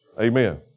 Amen